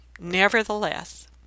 Nevertheless